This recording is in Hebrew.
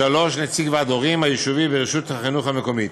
(3) נציג ועד ההורים היישובי ברשות החינוך המקומית.